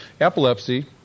Epilepsy